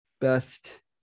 best